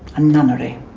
a nunnery.